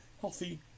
healthy